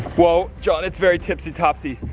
whoa, john, it's very tipsy-topsy.